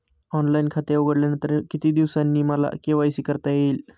Online खाते उघडल्यानंतर किती दिवसांनी मला के.वाय.सी करता येईल?